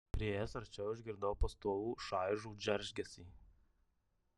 priėjęs arčiau išgirdau pastovų šaižų džeržgesį